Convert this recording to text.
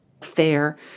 fair